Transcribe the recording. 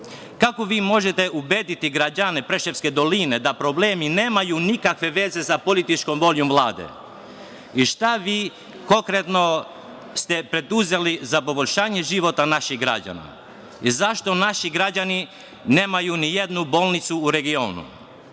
Kako vi možete ubediti građane Preševske doline da problemi nemaju nikakve veze sa političkom voljom Vlade i šta ste vi konkretno preduzeli za poboljšanje života građana i zašto naši građani nemaju ni jednu bolnicu u regionu? Gospođa